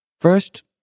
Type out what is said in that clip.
First